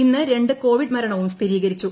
ഇന്ന് രണ്ട് കോവിഡ് മരണവും സ്ഥിരീകരിച്ചു